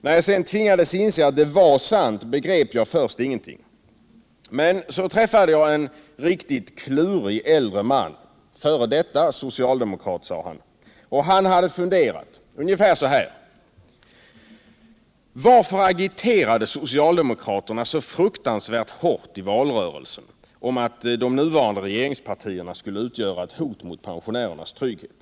Då jag sedan tvingades inse att det var sant, begrep jag ingenting. Men så träffade jag en riktigt klurig äldre man, enligt honom själv f.d. socialdemokrat. Han hade funderat ungefär så här: Varför agiterade socialdemokraterna så fruktansvärt hårt i valrörelsen om att de nuvarande regeringspartierna skulle utgöra ett hot mot pensionärernas trygghet?